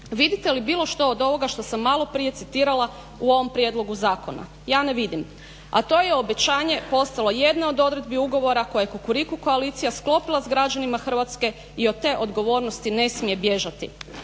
Vidite li bilo što od ovoga što sam maloprije citirala u ovom prijedlogu zakona? Ja ne vidim. A to je obećanje postalo jedna od odredbi ugovora koji je Kukuriku koalicija sklopila s građanima Hrvatske i od te odgovornosti ne smije bježati.